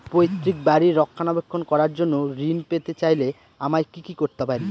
পৈত্রিক বাড়ির রক্ষণাবেক্ষণ করার জন্য ঋণ পেতে চাইলে আমায় কি কী করতে পারি?